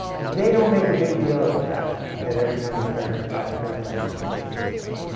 they don't make a big deal of the fact that every time you pair by a pair of glasses they give one away.